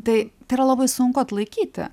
tai tai yra labai sunku atlaikyti